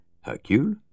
Hercule